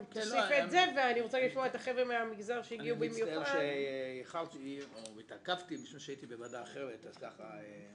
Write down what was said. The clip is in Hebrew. אני מצטער שהתעכבתי משום שהייתי בוועדה אחרת שהיא